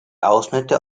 ausschnitte